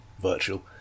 virtual